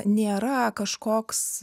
nėra kažkoks